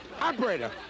operator